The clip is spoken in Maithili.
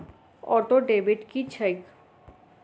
ऑटोडेबिट की छैक?